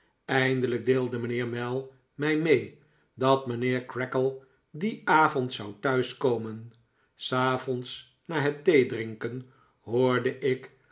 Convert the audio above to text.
eindelijk deelde mijnheer mell mij mee dat mijnheer creakle dien avond zou thuiskomen s avonds na het theedrinken hoorde ik